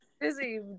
busy